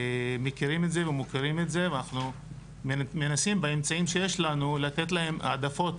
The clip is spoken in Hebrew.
מכירים את זה ומוקירים את זה ומנסים באמצעים שיש לנו לתת להם העדפות